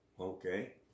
Okay